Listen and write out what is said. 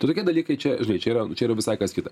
tai tokie dalykai čia žinai čia yra nu čia yra visai kas kita